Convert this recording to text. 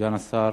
סגן השר,